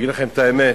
אגיד לכם את האמת.